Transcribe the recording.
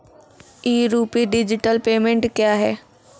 ई rupee digital payment क्या हैं?